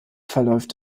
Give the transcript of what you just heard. verläuft